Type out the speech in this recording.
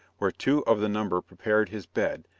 where two of the number prepared his bed,